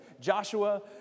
Joshua